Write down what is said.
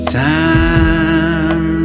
time